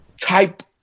type